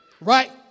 Right